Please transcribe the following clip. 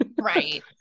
right